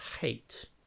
hate